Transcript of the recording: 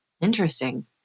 interesting